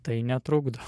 tai netrukdo